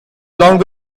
along